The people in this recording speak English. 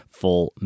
full